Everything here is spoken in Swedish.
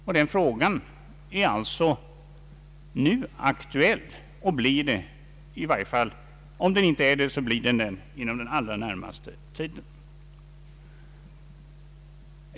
Den här frågan blir alltså aktuell — om den inte redan är det — inom allra närmaste tiden.